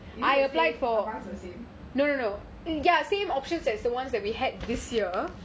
is it the same about the same